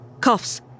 coughs